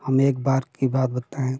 हम एक बार की बात बताएँ